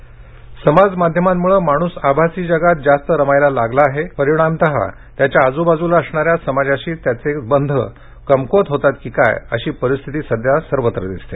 म्हैसमाळ पाणी समाज माध्यमांमुळे माणूस आभासी जगात जास्त रमायला लागला आहे परिणामत त्याच्या आजुबाजूला असणाऱ्या समाजाशी असणारे त्याचे बंध कमकुवत होतात की काय अशी परिस्थिती सध्या सर्वत्र दिसते